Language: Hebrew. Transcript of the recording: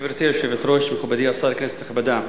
גברתי היושבת-ראש, מכובדי השר, כנסת נכבדה,